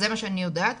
זה מה שאני יודעת,